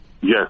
Yes